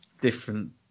Different